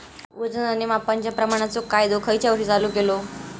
वजन आणि मापांच्या प्रमाणाचो कायदो खयच्या वर्षी चालू केलो?